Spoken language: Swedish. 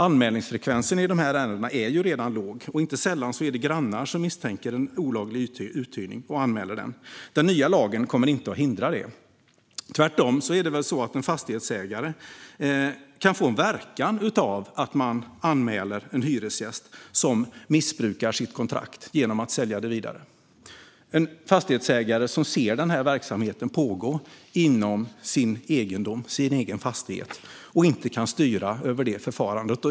Anmälningsfrekvensen i de här ärendena är redan låg, och inte sällan är det grannar som misstänker olaglig uthyrning och anmäler detta. Den nya lagen kommer inte att hindra det. Tvärtom är det väl så att en fastighetsägare kan få en verkan av att man anmäler en hyresgäst som missbrukar sitt kontrakt genom att sälja det vidare - en fastighetsägare som ser den här verksamheten pågå inom sin egen fastighet och inte kan styra över det förfarandet.